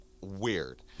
Weird